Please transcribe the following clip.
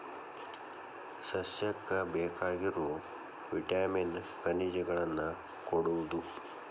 ಸಸ್ಯಕ್ಕ ಬೇಕಾಗಿರು ವಿಟಾಮಿನ್ ಖನಿಜಗಳನ್ನ ಕೊಡುದು